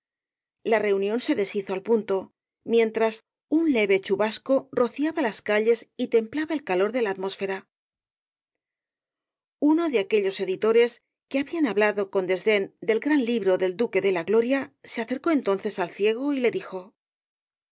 la reunión se deshizo al punto mientras un leve chubasco rociaba las calles y templaba el calor de la atmósfera uno de aquellos editores que habían hablado con desdén del gran libro del duque de la gloria se acercó entonces al ciego y le dijo